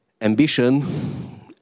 ambition